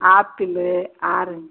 apple orange